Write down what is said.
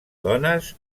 dones